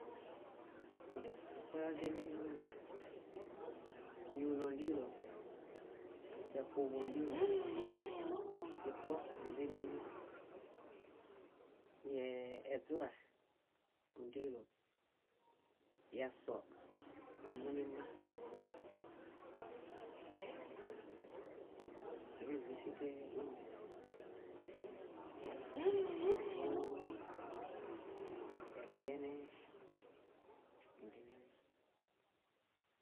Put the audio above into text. . Źipuoyoźiminima, yuuno óndilo, yáxuḃoondilo, źipuoonźinima, yee- eźura óndilo, yasuo ómunima, tíriźisitee yunoḃa, yáxuḃoo, ebiene óndinima.